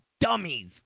dummies